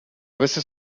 veces